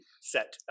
set